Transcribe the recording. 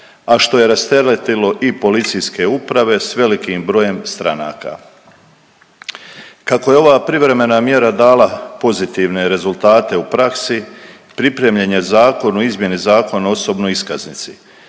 a što je rasteretilo i policijske uprave s velikim brojem stranaka. Kako je ova privremena mjera dala pozitivne rezultate u praksi, pripremljen je Zakon o izmjeni Zakona o osobnoj iskaznici